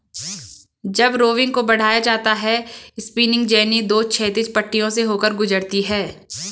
जब रोविंग को बढ़ाया जाता है स्पिनिंग जेनी दो क्षैतिज पट्टियों से होकर गुजरती है